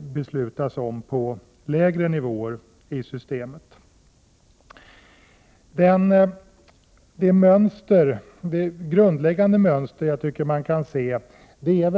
beslutas på lägre Ett grundläggande mönster är att vi från oppositionen hävdar att det Prot.